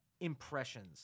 impressions